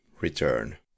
return